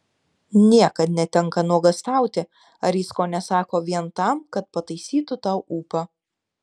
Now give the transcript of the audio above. niekad netenka nuogąstauti ar jis ko nesako vien tam kad pataisytų tau ūpą